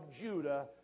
Judah